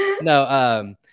no